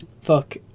Fuck